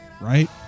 right